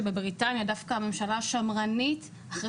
שבבריטניה דווקא הממשלה שמרנית ואחרי